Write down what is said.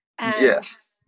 Yes